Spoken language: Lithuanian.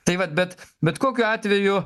tai vat bet bet kokiu atveju